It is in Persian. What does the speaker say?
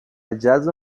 جذب